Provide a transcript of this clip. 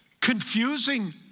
confusing